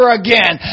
again